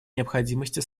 необходимости